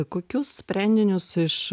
kokius sprendinius iš